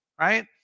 right